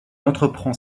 entreprend